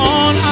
on